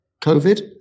COVID